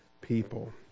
people